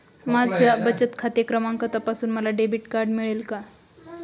माझा बचत खाते क्रमांक तपासून मला डेबिट कार्ड मिळेल का?